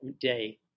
day